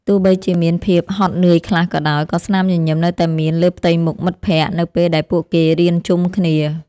ទោះបីជាមានភាពហត់នឿយខ្លះក៏ដោយក៏ស្នាមញញឹមនៅតែមានលើផ្ទៃមុខមិត្តភក្តិនៅពេលដែលពួកគេរៀនជុំគ្នា។